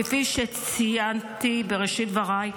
כפי שציינתי בראשית דבריי,